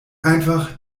einfach